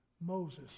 Moses